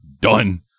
done